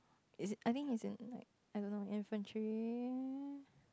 is it I think he's in like I don't know infantry